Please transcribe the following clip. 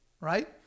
right